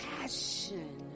passion